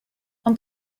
ond